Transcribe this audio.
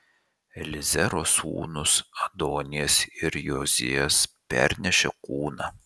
eliezero sūnūs adonijas ir jozijas pernešė kūną